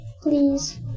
Please